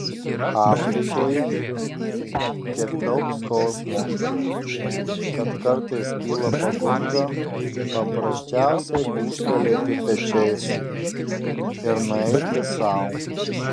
afrikoje tiek daug skausmo kad kartais kyla pagunda paprasčiausiai gūžtelėti pečiais ir nueiti sau